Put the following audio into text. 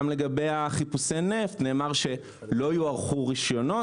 גם לגבי חיפושי הנפט נאמר שלא יוארכו רישיונות